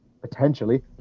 potentially